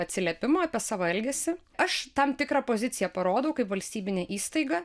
atsiliepimo apie savo elgesį aš tam tikrą poziciją parodau kaip valstybinė įstaiga